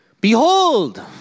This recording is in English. Behold